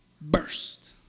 Burst